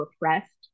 repressed